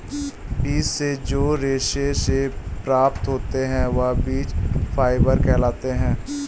बीज से जो रेशे से प्राप्त होते हैं वह बीज फाइबर कहलाते हैं